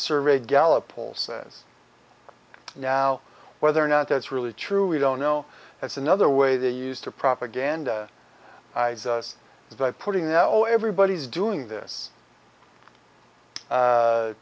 survey gallup poll says now whether or not that's really true we don't know that's another way they used to propaganda is by putting that way everybody's doing this